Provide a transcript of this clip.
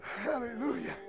Hallelujah